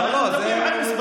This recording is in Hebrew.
לא, לא, זה עובדות.